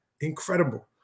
Incredible